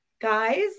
guys